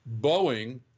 Boeing